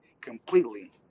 completely